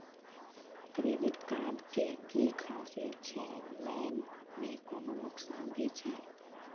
Credit card के कि खासियत छै, लय में कोनो नुकसान भी छै?